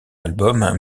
albums